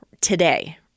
today